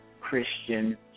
Christian